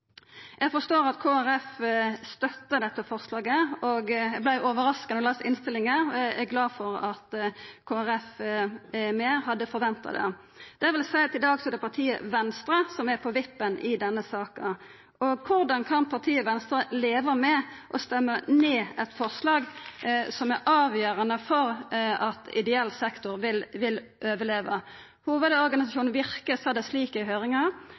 Eg forstår at Kristeleg Folkeparti støttar dette forslaget. Eg vart overraska då eg las innstillinga, og er glad for at Kristeleg Folkeparti er med; eg hadde venta det. Det vil seia at det i dag er partiet Venstre som er på vippen i denne saka. Korleis kan partiet Venstre leva med å stemma ned eit forslag som er avgjerande for at ideell sektor vil overleva? Hovedorganisasjonen Virke sa i høyringa